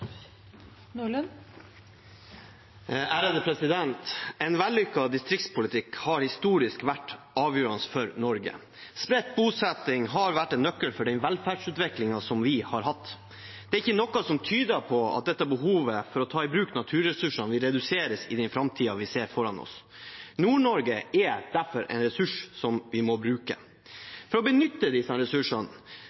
En vellykket distriktspolitikk har historisk vært avgjørende for Norge. Spredt bosetting har vært en nøkkel til den velferdsutviklingen vi har hatt. Det er ikke noe som tyder på at behovet for å ta i bruk naturressursene vil reduseres i den framtiden vi ser foran oss. Nord-Norge er derfor en ressurs som vi må bruke.